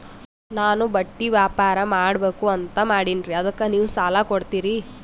ನಾನು ಬಟ್ಟಿ ವ್ಯಾಪಾರ್ ಮಾಡಬಕು ಅಂತ ಮಾಡಿನ್ರಿ ಅದಕ್ಕ ನೀವು ಸಾಲ ಕೊಡ್ತೀರಿ?